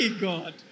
God